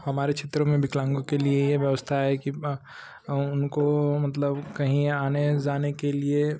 हमारे क्षेत्र में विकलांग लोग के लिए ये व्यवस्था है कि उनको मतलब कहीं आने ज़ाने के लिए